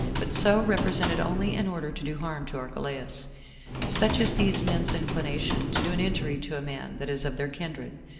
but so represented only in order to do harm to archelaus. such is these men's inclination to do an injury to a man that is of their kindred,